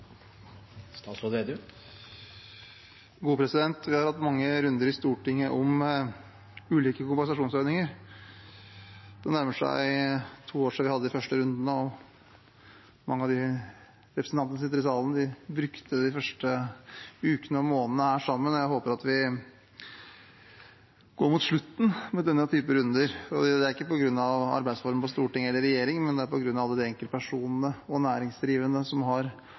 Vi har hatt mange runder i Stortinget om ulike kompensasjonsordninger. Det nærmer seg to år siden vi hadde de første rundene, og mange av de representantene som sitter i salen, brukte de første ukene og månedene her sammen. Jeg håper at vi går mot slutten av denne typen runder, ikke på grunn av arbeidsform og storting eller regjering, men på grunn av alle de enkeltpersonene og næringsdrivende som har